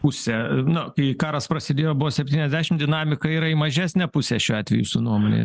pusė nu kai karas prasidėjo buvo septyniasdešim dinamika yra į mažesnę pusę šiuo atveju jūsų nuomone